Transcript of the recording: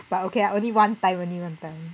but okay ah only one time only one time